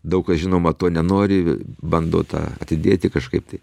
daug kas žinoma to nenori bando tą atidėti kažkaip tai